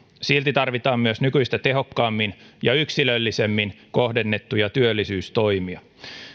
silti tarvitaan myös nykyistä tehokkaammin ja yksilöllisemmin kohdennettuja työllisyystoimia